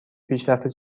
پیشرفت